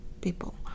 people